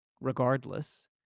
regardless